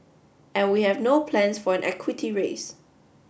and we have no plans for an equity raise